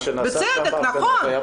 מה שנעשה שם היה פסול.